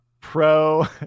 pro